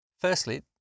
Firstly